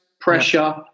pressure